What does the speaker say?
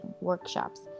workshops